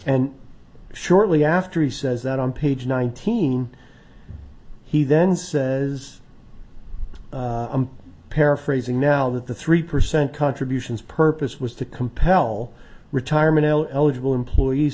and shortly after he says that on page nineteen he then says i'm paraphrasing now that the three percent contributions purpose was to compel retirement eligible employees